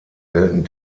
gelten